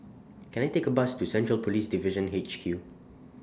Can I Take A Bus to Central Police Division H Q